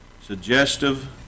suggestive